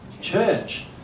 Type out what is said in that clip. church